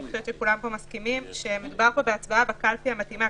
אני חושבת שכולם מסכימים שמדובר בהצבעה בקלפי המתאימה.